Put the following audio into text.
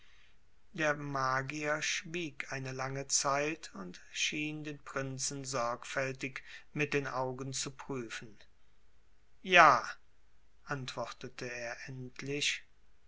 der magier schwieg eine lange zeit und schien den prinzen sorgfältig mit den augen zu prüfen ja antwortete er endlich